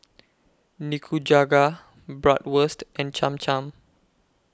Nikujaga Bratwurst and Cham Cham